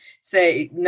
say